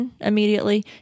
immediately